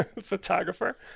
photographer